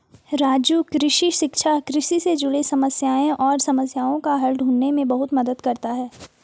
राजू कृषि शिक्षा कृषि से जुड़े समस्याएं और समस्याओं का हल ढूंढने में बहुत मदद करता है